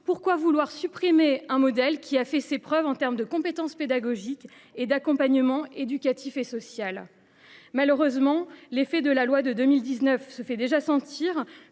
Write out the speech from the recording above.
pourquoi vouloir supprimer un modèle qui a fait ses preuves en termes de compétences pédagogiques et d’accompagnement éducatif et social ? Malheureusement, l’effet de la loi de 2019 se fait déjà sentir